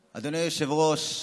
היושב-ראש,